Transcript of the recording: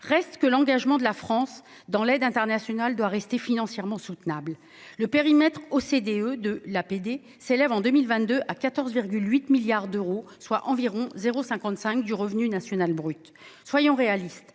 autant, l'engagement de la France dans l'aide internationale doit rester financièrement soutenable. Le périmètre « OCDE » de l'APD s'élève en 2022 à 14,8 milliards d'euros, soit à environ 0,55 % du revenu national brut. Soyons réalistes